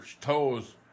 toes